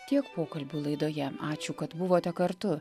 tiek pokalbių laidoje ačiū kad buvote kartu